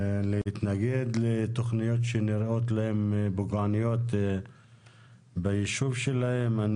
להתנגד לתכניות שנראות להם פוגעניות ביישוב שלהם.